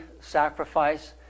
sacrifice